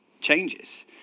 changes